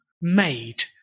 made